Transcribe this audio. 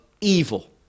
evil